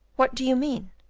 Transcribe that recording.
what do you mean?